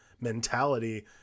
mentality